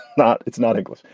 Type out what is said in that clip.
not it's not english,